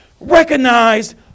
recognized